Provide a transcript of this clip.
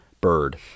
Bird